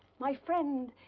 my friend,